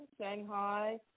Shanghai